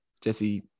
Jesse